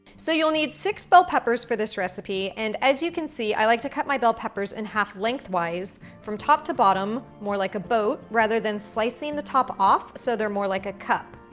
so you'll need six bell peppers for this recipe, and as you can see, i like to cut my bell peppers in half lengthwise from top to bottom, more like a boat, rather than slicing the top off, so they're more like a cup.